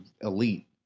elite